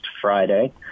Friday